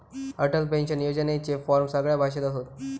Atal pension योजनेचे form सगळ्या भाषेत असत